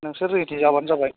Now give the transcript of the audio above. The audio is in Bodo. नोंसोर रेडि जाब्लानो जाबाय